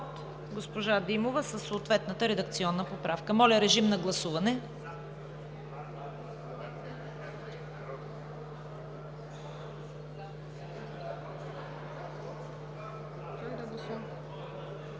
Моля, режим на гласуване